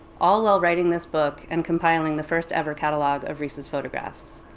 all while writing this book and compiling the first-ever catalog of riis's photographs.